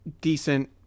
decent